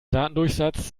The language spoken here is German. datendurchsatz